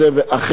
ואכן,